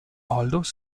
although